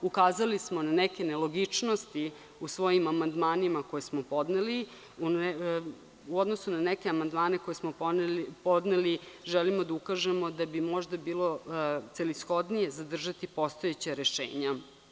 Ukazali smo na neke nelogičnosti u svojim amandmanima koje smo podneli, u odnosu na neke amandmane koje smo podneli želimo da ukažemo da bi možda bilo celishodnije zadržati postojeća rešenja.